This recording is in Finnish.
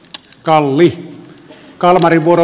talli kalmarin vuoro